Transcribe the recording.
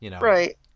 Right